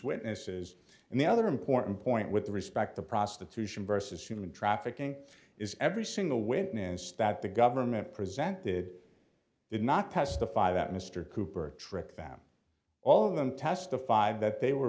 witnesses and the other important point with respect to prostitution versus human trafficking is every single witness that the government presented did not testify that mr cooper tricked them all of them testified that they were